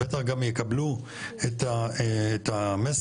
בטח גם יקבלו את המסר,